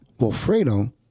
Wilfredo